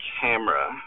camera